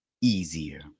easier